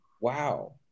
Wow